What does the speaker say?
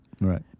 Right